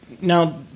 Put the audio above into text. now